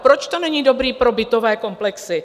Proč to není dobré pro bytové komplexy?